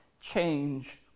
change